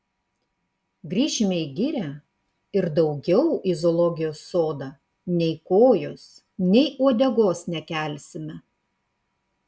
grįšime į girią ir daugiau į zoologijos sodą nei kojos nei uodegos nekelsime